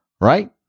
right